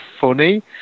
funny